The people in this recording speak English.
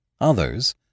others